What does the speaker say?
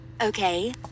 Okay